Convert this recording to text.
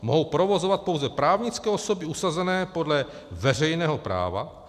Hřbitov mohou provozovat pouze právnické osoby usazené podle veřejného práva.